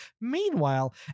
Meanwhile